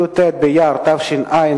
י"ט באייר התש"ע,